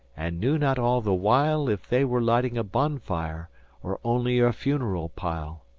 and knew not all the while if they were lighting a bonfire or only a funeral pile.